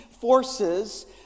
forces